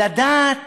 לדעת